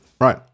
Right